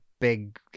big